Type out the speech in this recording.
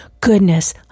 goodness